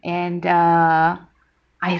and uh I